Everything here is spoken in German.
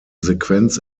sequenz